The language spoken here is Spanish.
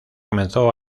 comenzó